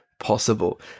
possible